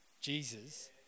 Jesus